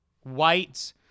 White